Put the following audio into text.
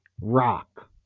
rock